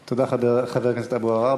תודה, חבר הכנסת אבו עראר.